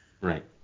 Right